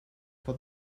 for